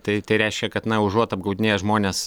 tai tai reiškia kad na užuot apgaudinėję žmones